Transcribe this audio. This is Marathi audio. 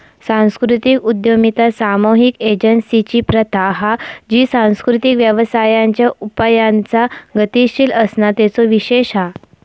सांस्कृतिक उद्यमिता सामुहिक एजेंसिंची प्रथा हा जी सांस्कृतिक व्यवसायांच्या उपायांचा गतीशील असणा तेचो विशेष हा